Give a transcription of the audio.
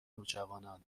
نوجوانان